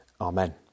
amen